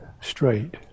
straight